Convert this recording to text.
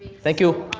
thank you